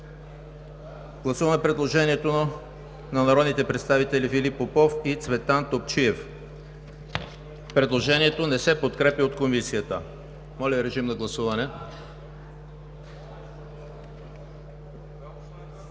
Гласуваме предложението на народните представители Филип Попов и Цветан Топчиев. Предложението не се подкрепя от Комисията. Моля, гласувайте.